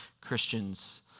Christians